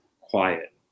quiet